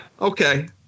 okay